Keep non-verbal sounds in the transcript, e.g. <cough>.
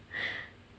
<breath>